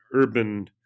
urban